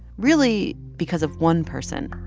really because of one person,